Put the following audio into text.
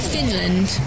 Finland